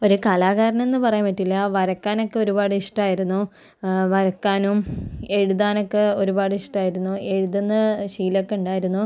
ഒരു കലാകാരനെന്ന് പറയാൻ പറ്റില്ല വരയ്ക്കാനൊക്കെ ഒരുപാട് ഇഷ്ടമായിരുന്നു വരയ്ക്കാനും എഴുതാനൊക്കെ ഒരുപാട് ഇഷ്ടമായിരുന്നു എഴുതുന്ന ശീലമൊക്കെ ഉണ്ടായിരുന്നു